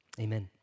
Amen